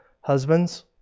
Husbands